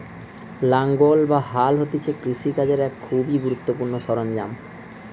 লাঙ্গল বা হাল হতিছে কৃষি কাজের এক খুবই গুরুত্বপূর্ণ সরঞ্জাম